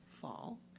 fall